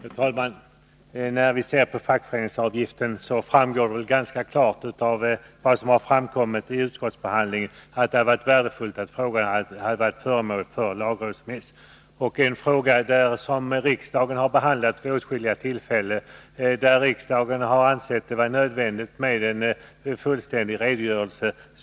Herr talman! När det gäller förslaget om fackföreningsavgifterna framgår det ganska klart av vad som har framkommit i utskottsbehandlingen att det hade varit värdefullt om frågan blivit föremål för lagrådsremiss. Frågan har behandlats av riksdagen vid åtskilliga tillfällen, och riksdagen har ansett det vara nödvändigt med en fullständig redogörelse.